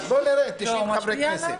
משפיע עליהם?